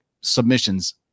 submissions